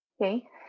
Okay